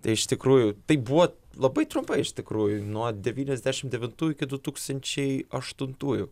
tai iš tikrųjų tai buvo labai trumpai iš tikrųjų nuo devyniasdešimt devintų iki du tūkstančiai aštuntųjų